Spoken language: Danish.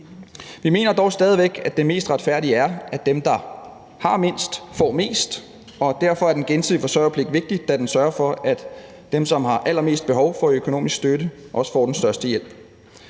Vi mener dog stadig væk, at det mest retfærdige er, at dem, der har mindst, får mest, og derfor er den gensidige forsørgerpligt vigtig, da den sørger for, at dem, som har allermest behov for økonomisk støtte, også får den største hjælp.